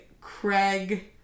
Craig